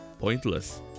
pointless